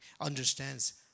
understands